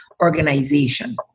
organization